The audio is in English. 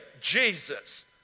Jesus